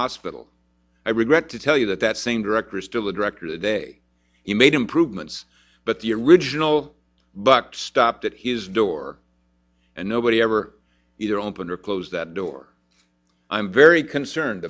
hospital i regret to tell you that that same director still a director today he made improvements but the original buck stopped at his door and nobody ever either opened or closed that door i'm very concerned